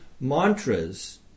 mantras